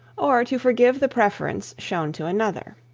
or to forgive the preference shown to another.